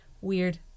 Weird